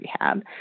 rehab